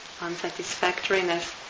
unsatisfactoriness